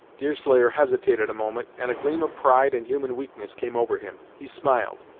deerslayer hesitated a moment, and a gleam of pride and human weakness came over him. he smiled,